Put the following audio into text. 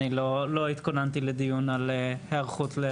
אני לא התכוננתי לדיון על היערכות.